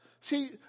see